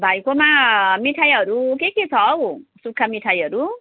भाइकोमा मिठाईहरू के के छ हौ सुक्खा मिठाईहरू